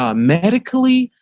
ah medically,